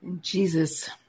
Jesus